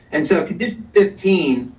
and so fifteen,